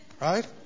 Right